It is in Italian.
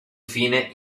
fine